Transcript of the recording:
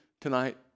tonight